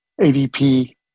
ADP